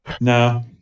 No